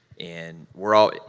and we're all,